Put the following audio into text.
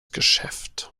geschäft